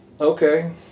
Okay